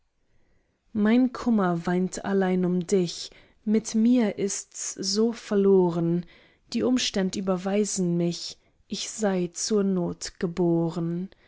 mein kummer weint allein um dich mit mir ist's so verloren die umständ überweisen mich ich sei zur not geboren